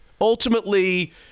Ultimately